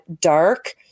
dark